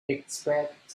except